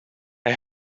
hij